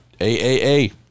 AAA